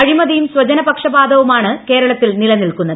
അഴിമതിയും സ്വജന പക്ഷപാതവുമാണ് ക്കേരളത്തിൽ നിലനിൽക്കുന്നത്